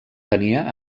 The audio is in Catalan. tenia